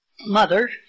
mother